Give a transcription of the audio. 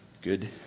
good